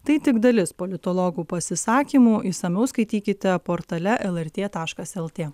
tai tik dalis politologų pasisakymų išsamiau skaitykite portale lrt taškas lt